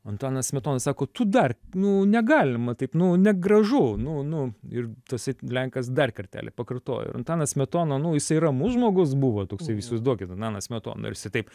antanas smetona sako tu dar nu negalima taip nu negražu nu nu ir tose lenkas dar kartelį pakartojo antanas smetona nu jisai ramus žmogus buvo toksai įsivaizduokit antanas smetona ir jisai taip